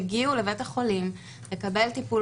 אלה אותן נפגעות שהגיעו לבית החולים לקבל טיפול